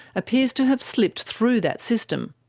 appears to have slipped through that system.